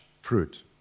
fruit